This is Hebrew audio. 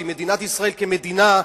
ואם מדינת ישראל כמדינה,